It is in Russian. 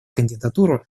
кандидатуру